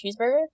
cheeseburger